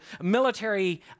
military